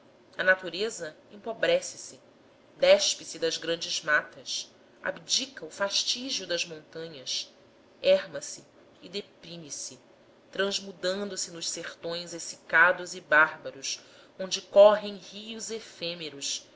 a natureza empobrece se despe se das grandes matas abdica o fastígio das montanhas erma se e deprime se transmudando se nos sertões exsicados e bárbaros onde correm rios efêmeros